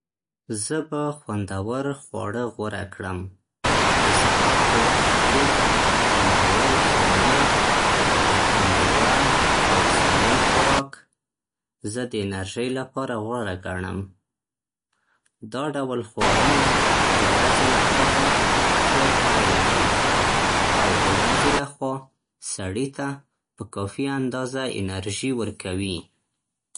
زه به خوندور خواړه غوره کړم. د سهار په وخت کې خوندور خواړه، لکه میوه او سالم خوراک، زه د انرژی لپاره غوره ګڼم. دا ډول خواړه د ورځې لپاره ښه پیل دی او د ورځې له خوا سړي ته په کافي اندازه انرژي ورکوي.